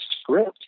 script